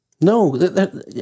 No